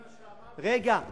זה מה שאמרתי בדיוק